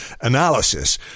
analysis